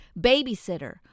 babysitter